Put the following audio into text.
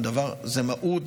זו המהות,